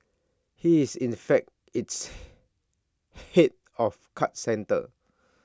he is in fact its Head of card centre